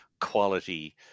quality